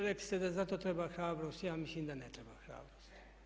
Rekli ste da za to treba hrabrost, ja mislim da ne treba hrabrost.